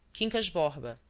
quincas borbas,